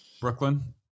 brooklyn